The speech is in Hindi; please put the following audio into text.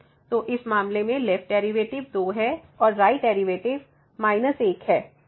तो इस मामले में लेफ्ट डेरिवेटिव 2 है और राइट डेरिवेटिव −1 है